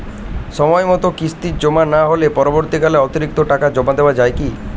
সময় মতো কিস্তি জমা না হলে পরবর্তীকালে অতিরিক্ত টাকা জমা দেওয়া য়ায় কি?